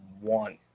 one